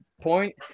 point